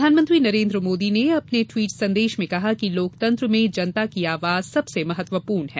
प्रधानमंत्री नरेन्द्र मोदी ने अपने ट्विट संदेश में कहा कि लोकतंत्र में जनता की आवाज सबसे महत्वपूर्ण है